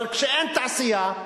אבל כשאין תעשייה,